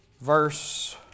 Verse